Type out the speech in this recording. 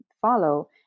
follow